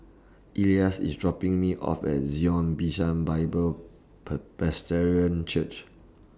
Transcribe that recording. Elias IS dropping Me off At Zion Bishan Bible Church